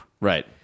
Right